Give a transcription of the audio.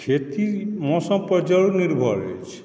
खेती मौसम पर जरूर निर्भर अछि